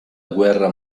guerra